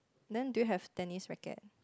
then do you have tennis racket